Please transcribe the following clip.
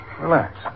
Relax